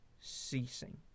ceasing